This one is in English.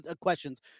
questions